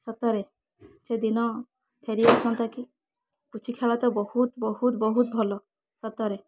ସତରେ ସେଦିନ ଫେରି ଆସନ୍ତା କି ପୁଚି ଖେଳ ତ ବହୁତ ବହୁତ ବହୁତ ଭଲ ସତରେ